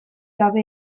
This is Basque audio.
gabe